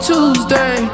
Tuesday